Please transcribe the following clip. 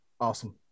Awesome